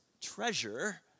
treasure